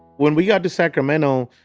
when we got to sacramento,